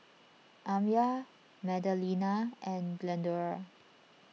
Amya Magdalena and Glendora